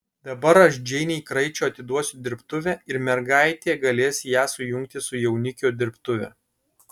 dabar aš džeinei kraičio atiduosiu dirbtuvę ir mergaitė galės ją sujungti su jaunikio dirbtuve